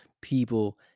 people